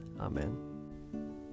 Amen